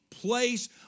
place